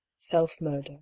self-murder